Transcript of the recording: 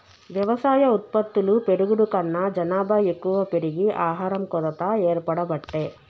వ్యవసాయ ఉత్పత్తులు పెరుగుడు కన్నా జనాభా ఎక్కువ పెరిగి ఆహారం కొరత ఏర్పడబట్టే